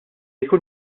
jkun